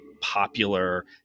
popular